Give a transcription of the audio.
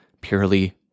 purely